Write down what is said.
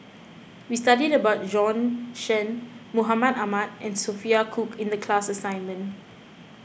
we studied about Bjorn Shen Mahmud Ahmad and Sophia Cooke in the class assignment